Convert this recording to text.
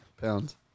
Pounds